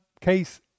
case